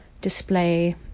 display